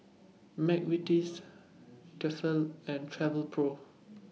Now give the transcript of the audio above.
Mcvitie's Tefal and Travelpro